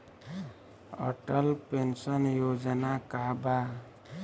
Atal pension योजना का बा?